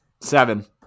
Seven